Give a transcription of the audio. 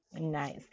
Nice